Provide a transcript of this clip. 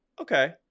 Okay